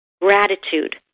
gratitude